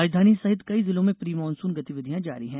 राजधानी सहित कई जिलों में प्री मॉनसून गतिविधियां जारी हैं